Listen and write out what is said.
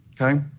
okay